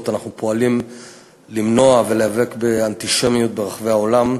אנחנו פועלים להיאבק באנטישמיות ברחבי העולם.